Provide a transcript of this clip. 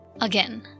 Again